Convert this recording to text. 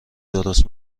درست